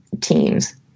teams